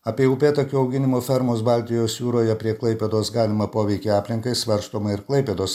apie upėtakių auginimo fermos baltijos jūroje prie klaipėdos galimą poveikį aplinkai svarstoma ir klaipėdos